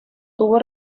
tuvo